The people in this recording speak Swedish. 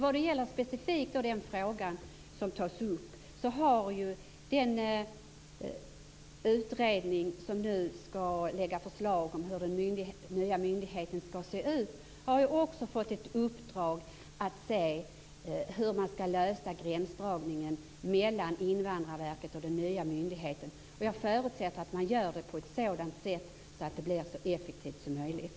Vad gäller specifikt den fråga som tas upp vill jag säga att den utredning som nu skall lägga fram förslag om hur den nya myndigheten skall se ut också har fått i uppdrag att undersöka hur man skall lösa gränsdragningen mellan Invandrarverket och den nya myndigheten. Jag förutsätter att man gör det på ett sådant sätt att det blir så effektivt som möjligt.